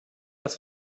das